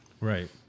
Right